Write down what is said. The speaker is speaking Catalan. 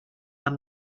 amb